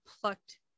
plucked